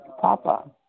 Papa